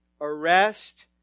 Arrest